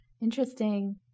interesting